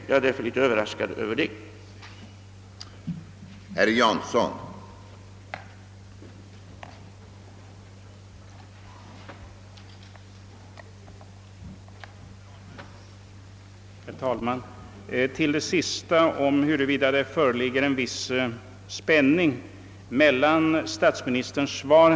Jag är därför litet överraskad över herr Janssons uppgifter.